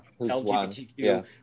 lgbtq